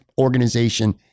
organization